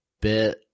bit